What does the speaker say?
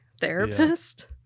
therapist